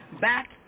back